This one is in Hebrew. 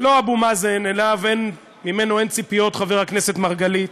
לא אבו מאזן, ממנו אין ציפיות, חבר הכנסת מרגלית,